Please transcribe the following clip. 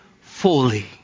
fully